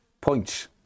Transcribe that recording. points